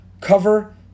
cover